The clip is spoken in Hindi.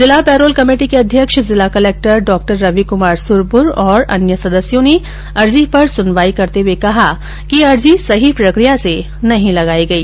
जिला पैरोल कमेटी के अध्यक्ष जिला कलक्टर डॉ रविकुमार सुरपुर और अन्य सदस्यों ने अर्जी पर सुनवाई करते हुए कहा कि अर्जी सही प्रक्रिया से नहीं लगाई गई